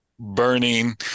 burning